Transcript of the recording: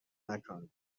مکن